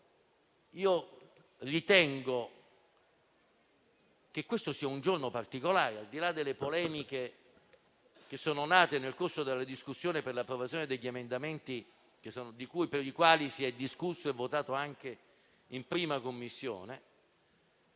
quindi, che questo sia un giorno particolare, al di là delle polemiche che sono nate nel corso della discussione per l'approvazione degli emendamenti, sui quali si è discusso e votato anche in 1a Commissione.